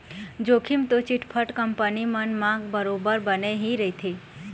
जोखिम तो chit fund company मन म बरोबर बने ही रहिथे